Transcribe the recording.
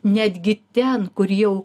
netgi ten kur jau